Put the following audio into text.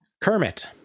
Kermit